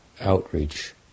outreach